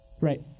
Right